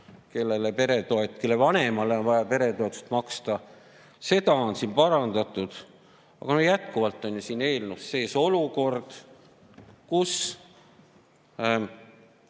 mittetöötavate laste vanemale on vaja peretoetust maksta. Seda on siin parandatud. Aga no jätkuvalt on siin eelnõus sees olukord, kus